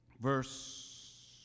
verse